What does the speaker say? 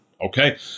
Okay